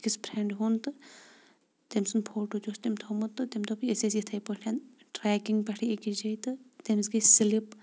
أکِس فرینڈِ ہُند تہٕ تٔمۍ سُند فوٹو تہِ اوس تٔمۍ تھومُت تہٕ تٔمۍ دوٚپ أسۍ ٲسۍ یِتھے پٲٹھۍ ٹرٛیکنٛگ پٮ۪ٹھ أکِس جایہِ تہٕ تٔمِس گٔے سِلپ تہٕ